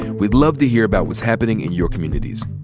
we'd love to hear about what's happening in your communities.